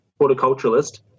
horticulturalist